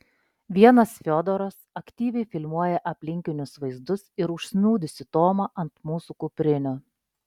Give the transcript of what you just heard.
vienas fiodoras aktyviai filmuoja aplinkinius vaizdus ir užsnūdusį tomą ant mūsų kuprinių